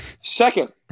Second